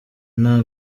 nta